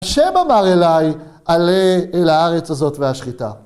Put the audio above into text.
‫השם אמר אליי, ‫עלה אל הארץ הזאת והשחיתה.